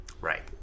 Right